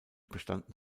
bestanden